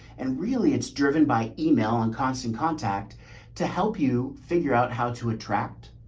and really it's driven by email and constant contact to help you figure out how to attract,